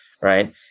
right